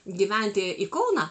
gyventi į kauną